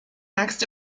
axt